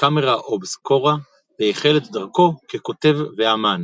בקמרה אובסקורה והחל את דרכו ככותב ואמן.